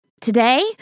Today